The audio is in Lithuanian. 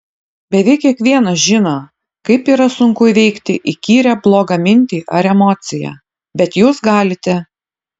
beveik kiekvienas žino kaip yra sunku įveikti įkyrią blogą mintį ar emociją bet jūs galite